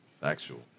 Factual